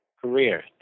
career